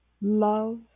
love